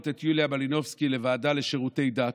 את יוליה מלינובסקי לוועדה לשירותי דת,